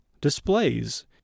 displays